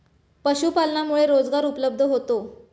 पशुपालनामुळे रोजगार उपलब्ध होतो